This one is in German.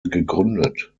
gegründet